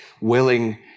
willing